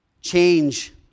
Change